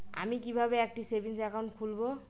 আমি কিভাবে একটি সেভিংস অ্যাকাউন্ট খুলব?